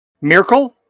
Miracle